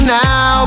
now